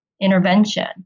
intervention